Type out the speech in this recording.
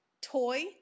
Toy